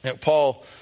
Paul